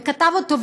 וכתב אותו,